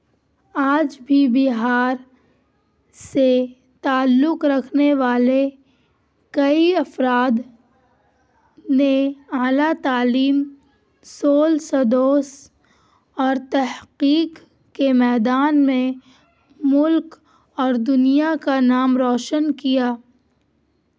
آج بھی بہار سے تعلق رکھنے والے کئی افراد نے اعلیٰ تعلیم سول اور تحقیق کے میدان میں ملک اور دنیا کا نام روشن کیا